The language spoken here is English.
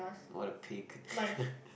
what a pig